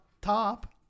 top